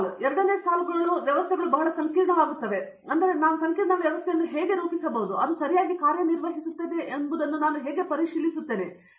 ನಂತರ ಎರಡನೇ ಸಾಲುಗಳು ವ್ಯವಸ್ಥೆಗಳು ಬಹಳ ಸಂಕೀರ್ಣವಾಗುತ್ತವೆ ಹಾಗಾಗಿ ನಾನು ಸಂಕೀರ್ಣ ವ್ಯವಸ್ಥೆಯನ್ನು ಹೇಗೆ ರೂಪಿಸಬಹುದು ಮತ್ತು ಅದು ಸರಿಯಾಗಿ ಕಾರ್ಯನಿರ್ವಹಿಸುತ್ತಿದೆ ಎಂಬುದನ್ನು ನಾನು ಹೇಗೆ ಪರಿಶೀಲಿಸುತ್ತೇನೆ